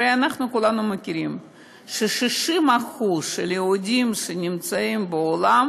הרי אנחנו כולנו יודעים ש-60% מהיהודים שנמצאים בעולם